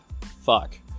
fuck